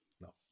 no